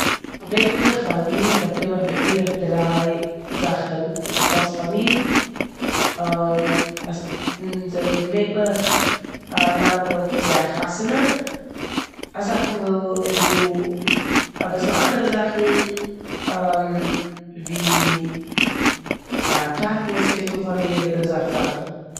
געווענטליך פאר מיר באקום איך בערך דריי זאכן אין די פאסט פאר מיר. א- זענען געווענטליך איינלאדענונג צו א חתונה, אסאך מאל איז דא אביסל אנדערע זאכן ווי א קארטל וואס קומט אן פאר מיר אדער אזעלכע זאכן.